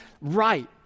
right